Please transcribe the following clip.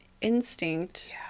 instinct